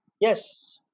yes